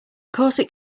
corset